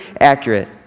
accurate